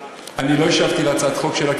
אני לא השבתי על הצעת החוק שלה,